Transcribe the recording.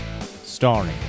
Starring